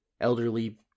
elderly